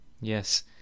Yes